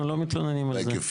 אנחנו לא מתלוננים על זה.